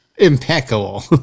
impeccable